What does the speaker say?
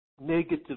negative